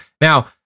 Now